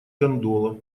гондола